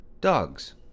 dogs